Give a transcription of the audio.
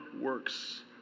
works